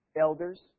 elders